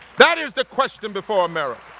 that is the question before america.